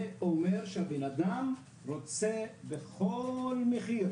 זה אומר שהבנאדם רוצה בכלל מחיר,